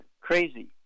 crazy